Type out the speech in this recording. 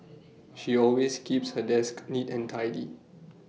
she always keeps her desk neat and tidy